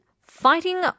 fighting